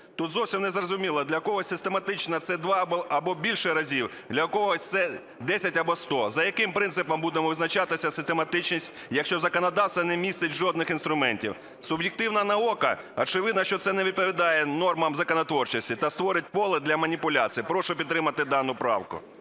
Тут зовсім незрозуміло: для когось систематично це два або більше разів, для когось це десять або сто. За яким принципом будемо визначати систематичність, якщо законодавство не містить жодних інструментів? Суб'єктивно на око? Очевидно, що це не відповідає нормам законотворчості та створить поле для маніпуляцій. Прошу підтримати дану правку.